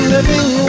Living